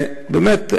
באמת,